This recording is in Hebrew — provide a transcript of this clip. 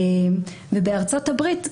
בארצות הברית,